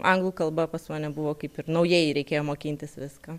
anglų kalba pas mane buvo kaip ir naujai reikėjo mokintis viską